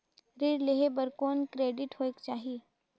ऋण लेहे बर कौन क्रेडिट होयक चाही?